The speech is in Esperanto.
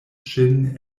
ŝin